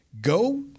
Go